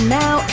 now